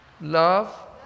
Love